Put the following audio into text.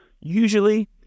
usually